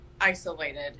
isolated